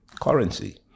currency